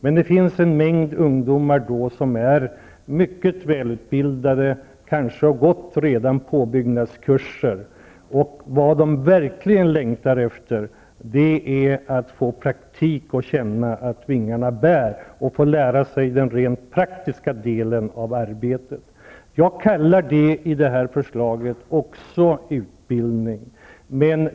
Men det finns många ungdomar som är mycket välutbildade. De kanske redan har gått igenom påbyggnadskurser och längtar verkligen efter att få praktik, känna att vingarna bär och lära sig den praktiska delen av arbetet. I förslaget kallar jag även detta för utbildning.